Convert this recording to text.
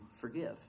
forgive